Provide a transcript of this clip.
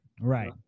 right